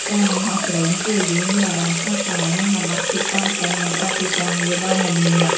ការបង្ហោះដ្រូនជួយឱ្យយើងមានអារម្មណ៍ស្រស់ស្រាយ និងបំបាត់ភាពតានតឹងបន្ទាប់ពីការងារដ៏មមាញឹក។